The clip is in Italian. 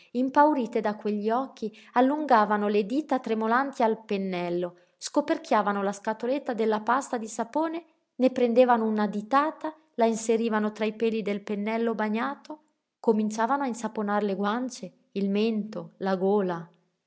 impaurite da quegli occhi allungavano le dita tremolanti al pennello scoperchiavano la scatoletta della pasta di sapone ne prendevano una ditata la inserivano tra i peli del pennello bagnato cominciavano a insaponar le guance il mento la gola